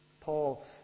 Paul